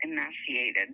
emaciated